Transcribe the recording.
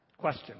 question